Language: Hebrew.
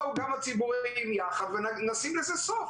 בואו גם הציבוריים יחד ונשים לזה סוף.